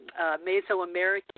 Mesoamerican